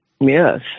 yes